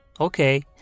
Okay